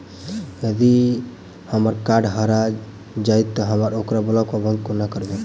यदि हम्मर कार्ड हरा जाइत तऽ हम ओकरा ब्लॉक वा बंद कोना करेबै?